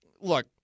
look